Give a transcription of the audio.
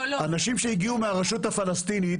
אנשים שהגיעו מהרשות הפלסטינית,